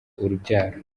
urubyaro